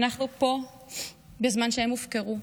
אנחנו פה בזמן שהם הופקרו.